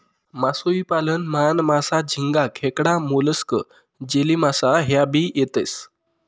मासोई पालन मान, मासा, झिंगा, खेकडा, मोलस्क, जेलीमासा ह्या भी येतेस